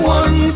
one